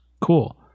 Cool